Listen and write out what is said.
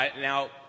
now